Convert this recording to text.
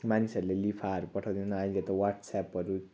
मानिसहरूले लिफाहरू पठाउँदैन अहिले त वाट्सएपहरू